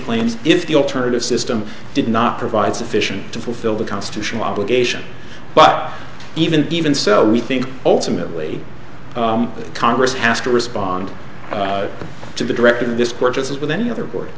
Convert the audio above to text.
claims if the alternative system did not provide sufficient to fulfill the constitutional obligation but even even so we think ultimately congress has to respond to the direction this court as with any other board